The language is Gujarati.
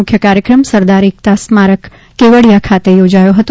મુખ્ય કાર્યક્રમ સરદાર એકતા સ્મારક કેવડીયા ખાતે યોજાયો હતો